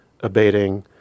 abating